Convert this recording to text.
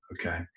Okay